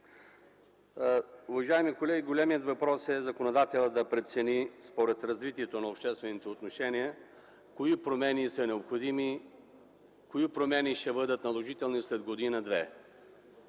Уважаеми колеги, големият въпрос е законодателят да прецени, според развитието на обществените отношения, кои промени са необходими, кои ще бъдат наложителни след година две.